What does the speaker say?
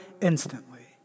instantly